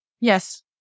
Yes